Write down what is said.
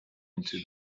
into